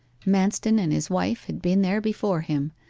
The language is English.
manston and his wife had been there before him,